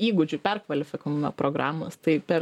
įgūdžių perkvalifikavimo programos tai per